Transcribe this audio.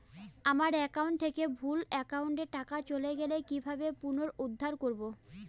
আমার একাউন্ট থেকে ভুল একাউন্টে টাকা চলে গেছে কি করে পুনরুদ্ধার করবো?